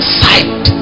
sight